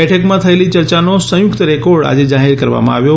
બેઠકમાં થયેલી ચર્ચાનો સંયુક્ત રેકોર્ડ આજે જાહેર કરવામાં આવ્યો